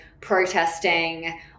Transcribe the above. protesting